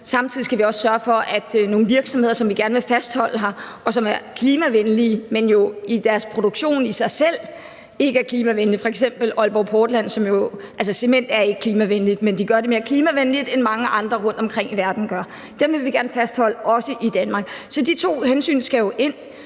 Samtidig skal vi også sørge for at fastholde nogle virksomheder, som vi gerne vil have her, og som er klimavenlige, men hvis produktion i sig selv ikke er klimavenlig, f.eks. Aalborg Portland. Cementproduktion er ikke klimavenligt, men de gør det mere klimavenligt, end mange andre rundtomkring i verden gør. Dem vil vi gerne fastholde i Danmark. Så de to hensyn skal jo ind.